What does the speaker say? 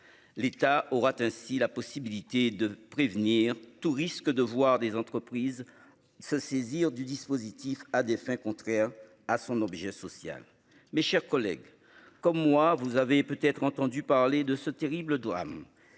l'État aura ainsi la possibilité de prévenir tout risque de voir des entreprises se saisir du dispositif à des fins contraires à son objet social. Mes chers collègues comme moi vous avez peut-être entendu parler de ce terrible drame.